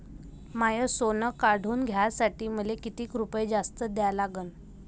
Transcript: माय सोनं काढून घ्यासाठी मले कितीक रुपये जास्त द्या लागन?